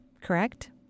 Correct